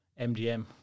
MDM